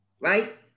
right